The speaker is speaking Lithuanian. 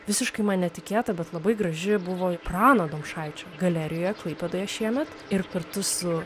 visiškai man netikėta bet labai graži buvo prano domšaičio galerijoje klaipėdoje šiemet ir kartu su